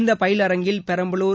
இந்த பயிலரங்கில் பெரம்பலூர்